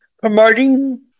promoting